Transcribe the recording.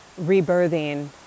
rebirthing